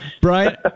Brian